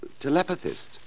telepathist